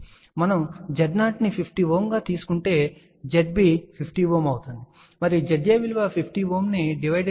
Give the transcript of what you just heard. కాబట్టి మనము Z0 ను 50 ohm గా తీసుకుంటే Zb 50 ohm అవుతుంది మరియు Za విలువ 50 ను డివైడెడ్ బై స్క్వేర్ రూట్ 2 అవుతుంది